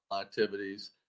activities